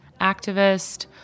activist